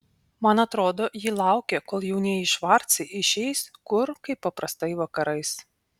man atrodo ji laukia kol jaunieji švarcai išeis kur kaip paprastai vakarais